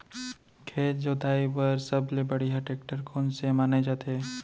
खेत जोताई बर सबले बढ़िया टेकटर कोन से माने जाथे?